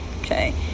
Okay